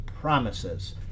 promises